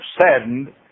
saddened